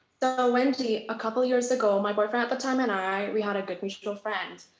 ah wendy, a couple years ago my boyfriend at the time and i, we had a good mutual friend.